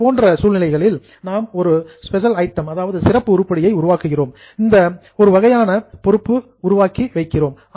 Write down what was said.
இதுபோன்ற செனரியோ சூழ்நிலைகளில் நாம் ஒரு ஸ்பெஷல் ஐட்டம் சிறப்பு உருப்படியை உருவாக்குகிறோம் இது ஒரு வகையான பொறுப்பு ஆகும்